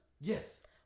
Yes